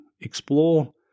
explore